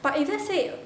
but if let's say